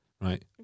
right